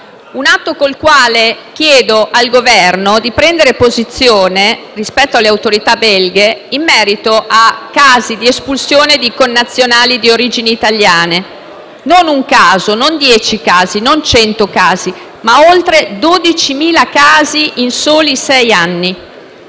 in aprile, col quale chiedo al Governo di prendere posizione rispetto alle autorità belghe in merito a casi di espulsione di connazionali di origini italiane; non un caso, non dieci né cento casi, ma oltre 12.000 casi in soli sei anni.